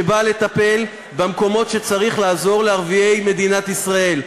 שבא לטפל במקומות שצריך לעזור לערביי מדינת ישראל.